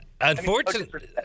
Unfortunately